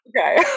Okay